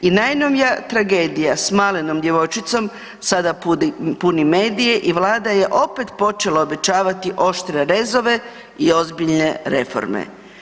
I najnovija tragedija s malenom djevojčicom sada puni medije i Vlada je opet počela obećavati oštre rezove i ozbiljne reforme.